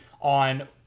on